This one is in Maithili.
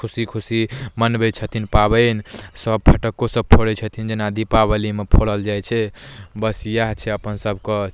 खुशी खुशी मनबै छथिन पाबनि सभ फटक्को सभ फोड़ै छथिन जेना दीपावलीमे फोड़ल जाइ छै बस इएह छै अपन सभके